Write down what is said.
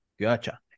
Gotcha